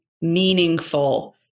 meaningful